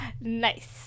Nice